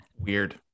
Weird